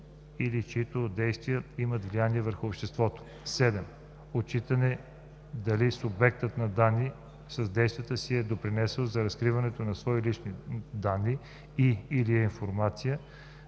или чиито действия имат влияние върху обществото; 7. отчитане дали субектът на данни с действията си е допринесъл за разкриване на свои лични данни и/или информация